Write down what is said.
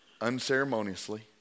unceremoniously